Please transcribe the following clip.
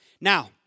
Now